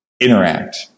interact